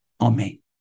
Amen